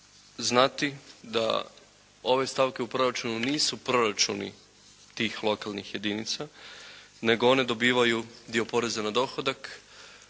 znati da ove stavke u proračunu nisu proračuni tih lokalnih jedinica nego one dobivaju dio poreza na dohodak